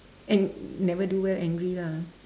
and never do well angry lah